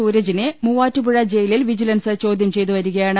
സൂരജിനെ മൂവ്വാറ്റുപുഴ ജയിലിൽ വിജിലൻസ് ചോദ്യം ചെയ്തു വരികയാണ്